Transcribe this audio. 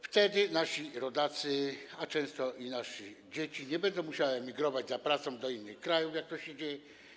Wtedy nasi rodacy, a często i nasze dzieci, nie będą musieli migrować w poszukiwaniu pracy do innych krajów, jak to się dzieje.